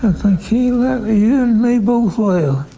think he let you and me both live.